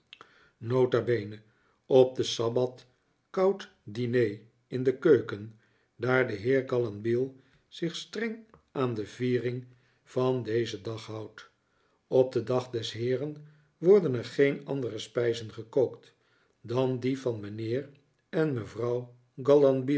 n b op den sabbat koud diner in de keuken daar de heer gallanbile zich streng aan de viering van dezen dag houdt op den dag des heeren worden er geen andere spijzen gekookt dan die van mijnheer en mevrouw